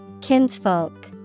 Kinsfolk